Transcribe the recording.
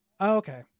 Okay